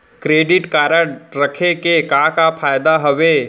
Credit card रखे के का का फायदा हवे?